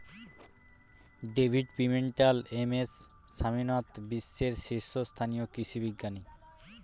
David Pimentel, M S Swaminathan বিশ্বের শীর্ষস্থানীয় কৃষি বিজ্ঞানী